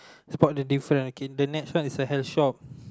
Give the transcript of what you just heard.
spot the difference okay the next one is a health shop